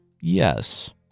Yes